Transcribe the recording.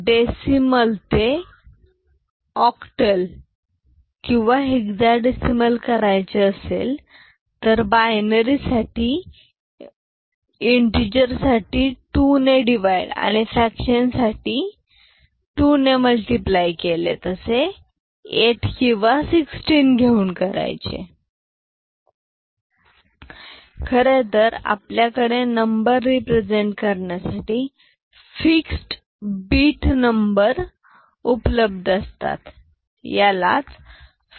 decimal ते octal किंवा hexadecimal करायचे असेल तर बायनरी साठी इंतिजर साठी 2 ने डीवाईड आणि fraction साठी 2 ने multiply केले तसे 8 किंवा 16 घेऊन करायचे खरे तर आपल्याकडे नंबर रेप्रिझेंट करण्यासाठी फिक्स्ड बीट नंबर उपलब्ध असतात